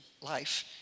life